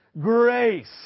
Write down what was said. grace